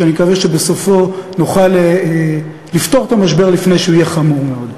ואני מקווה שבסופו נוכל לפתור את המשבר לפני שהוא יהיה חמור מאוד.